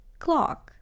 clock